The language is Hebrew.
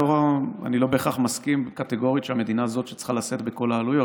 אני לא בהכרח מסכים קטגורית שהמדינה היא זאת שצריכה לשאת בכל העלויות.